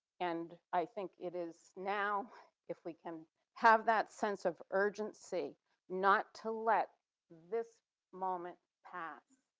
and i think it is now if we can have that sense of urgency not to let this moment pass,